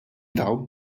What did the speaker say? dawn